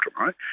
right